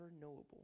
knowable